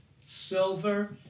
silver